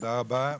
תודה רבה.